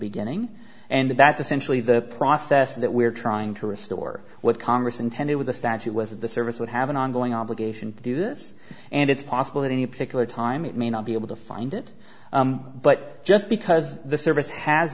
beginning and that's essentially the process that we're trying to restore what congress intended with the statute was the service would have an ongoing obligation to do this and it's possible that any particular time it may not be able to find it but just because the service has